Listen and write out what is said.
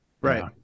Right